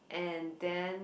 and then